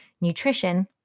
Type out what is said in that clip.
nutrition